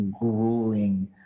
grueling